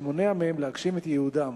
שמונע מהם להגשים את ייעודם.